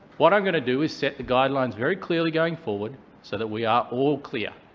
what i'm going to do is set the guidelines very clearly going forward so that we are all clear.